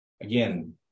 Again